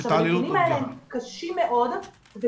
הנתונים האלה הם קשים מאוד,